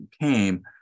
came